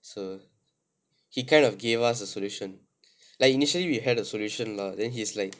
so he kind of gave us a solution like initially we had a solution lah then he's like